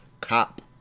cop